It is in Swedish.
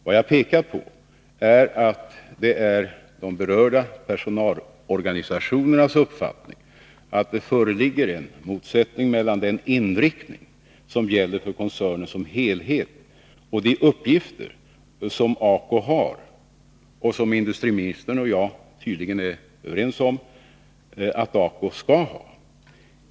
Vad jag pekat på är att det är de berörda personalorganisationernas uppfattning att det föreligger en motsättning mellan den inriktning som gäller för koncernen som helhet och de uppgifter som ACO har och som industriministern och jag tydligen är överens om att ACO skall ha.